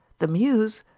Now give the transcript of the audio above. the mews!